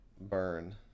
burn